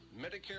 Medicare